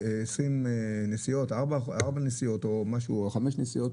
ארבע נסיעות או חמש נסיעות.